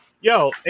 Yo